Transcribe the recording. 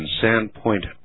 Sandpoint